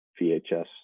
VHS